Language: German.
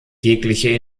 jegliche